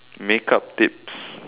makeup tips